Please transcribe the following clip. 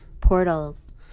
Portals